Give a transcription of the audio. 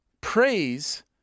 Praise